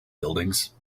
buildings